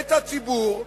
את הציבור,